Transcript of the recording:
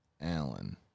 Allen